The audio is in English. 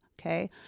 okay